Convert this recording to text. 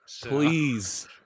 Please